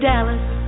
Dallas